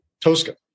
Tosca